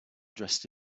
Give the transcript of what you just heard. dressed